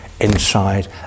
inside